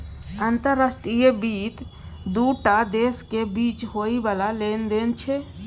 अंतर्राष्ट्रीय वित्त दू टा देशक बीच होइ बला लेन देन छै